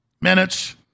minutes